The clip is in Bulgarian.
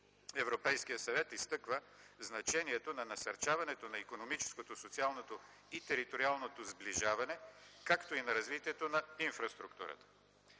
Европейският съвет изтъква значението на насърчаването на икономическото, социалното и териториалното сближаване, както и на развитието на инфраструктурата.